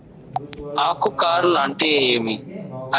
ఆకు కార్ల్ అంటే ఏమి?